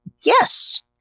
Yes